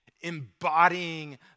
embodying